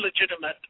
legitimate